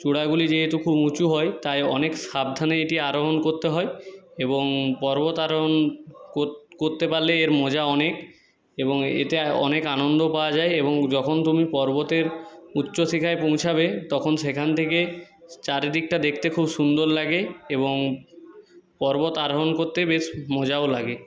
চূড়াগুলি যেহেতু খুব উঁচু হয় তাই অনেক সাবধানে এটি আরোহণ করতে হয় এবং পর্বত আরোহণ করতে পারলে এর মজা অনেক এবং এতে অনেক আনন্দও পাওয়া যায় এবং যখন তুমি পর্বতের উচ্চশিখায় পৌঁছবে তখন সেখান থেকে চারিদিকটা দেখতে খুব সুন্দর লাগে এবং পর্বত আরোহণ করতে বেশ মজাও লাগে